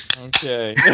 Okay